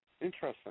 Interesting